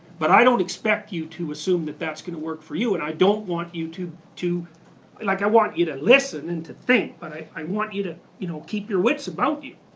but i don't expect you to assume that that's gonna work for you, and i don't want you to to like i want you to listen and to think, but i i want you to you know keep your wits about you.